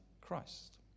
Christ